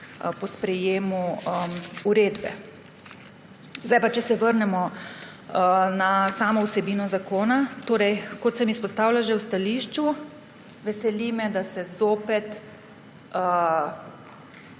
po sprejetju uredbe. Zdaj pa se vrnemo na samo vsebino zakona. Kot sem izpostavila že v stališču, me veseli, da se zopet